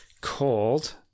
called